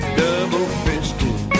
double-fisted